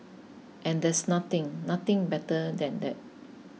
and there's nothing nothing better than that